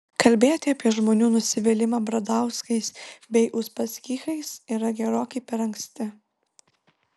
kalbėti apie žmonių nusivylimą bradauskais bei uspaskichais yra gerokai per anksti